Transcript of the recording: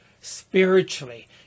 spiritually